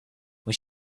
when